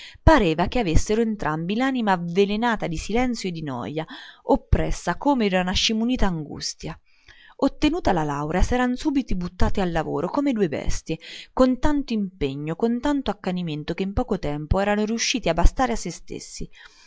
pareva che avessero entrambi l'anima avvelenata di silenzio e di noja oppressa come da una scimunita angustia ottenuta la laurea s'eran subito buttati al lavoro come due bestie con tanto impegno con tanto accanimento che in poco tempo erano riusciti a bastare a se stessi